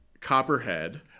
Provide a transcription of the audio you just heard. Copperhead